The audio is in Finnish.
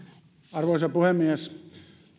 arvoisa puhemies